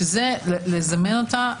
שזה לזמן אותה,